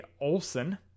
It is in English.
Olson